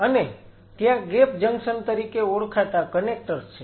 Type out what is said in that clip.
અને ત્યાં gap junction તરીકે ઓળખાતા કનેક્ટર્સ છે